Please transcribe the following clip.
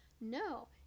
No